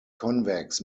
convex